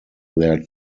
their